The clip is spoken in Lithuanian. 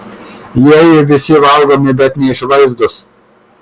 jieji visi valgomi bet neišvaizdūs